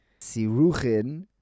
Siruchin